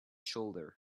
shoulder